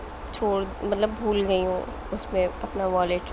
چھوڑ مطلب بھول گئی ہوں اُس میں اپنا والیٹ